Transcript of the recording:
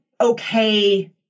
okay